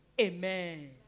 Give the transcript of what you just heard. Amen